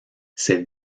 ses